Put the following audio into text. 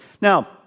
Now